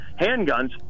handguns